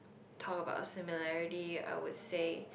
talk about our similarity I would say